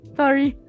sorry